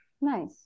Nice